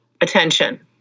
attention